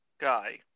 guy